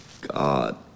God